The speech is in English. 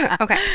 Okay